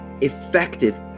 effective